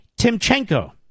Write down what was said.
Timchenko